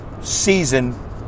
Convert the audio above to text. season